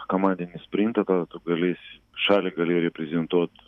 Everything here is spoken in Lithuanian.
komandinį sprintą tada tu galėsi šalį gali reprezentuot